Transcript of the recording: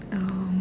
um